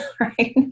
right